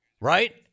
Right